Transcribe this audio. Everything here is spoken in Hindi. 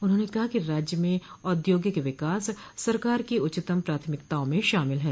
उन्होंने कहा कि राज्य में औद्योगिक विकास सरकार की उच्चतम प्राथमिकताओं में शामिल है